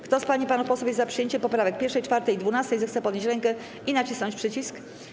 Kto z pań i panów posłów jest za przyjęciem poprawek 1., 4. i 12., zechce podnieść rękę i nacisnąć przycisk.